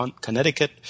Connecticut